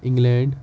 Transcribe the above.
England